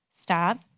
stop